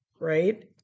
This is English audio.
right